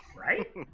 right